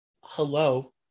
hello